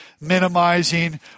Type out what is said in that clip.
minimizing